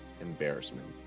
embarrassment